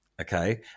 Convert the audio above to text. okay